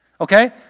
Okay